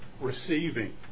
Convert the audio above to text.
receiving